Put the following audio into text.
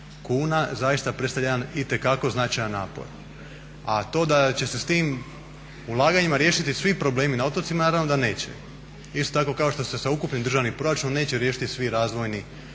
kuna zaista predstavlja jedan itekako značajan napor. A to da će se s tim ulaganjima riješiti svi problemi na otocima, naravno da neće. Isto tako kao što se ukupnim državnim proračunom neće riješiti svi razvojni,